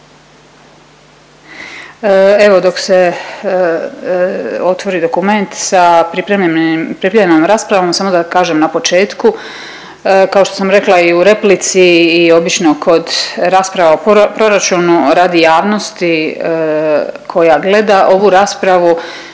Evo dok se otvori dokument sa pripremljenim, pripremljenom raspravom samo da kažem na početku kao što sam rekla i u replici i obično kod rasprava o proračuna radi javnosti koja gleda ovu raspravu,